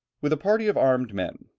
with a party of armed men,